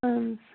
اہن حظ